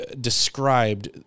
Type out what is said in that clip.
described